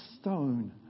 stone